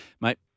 mate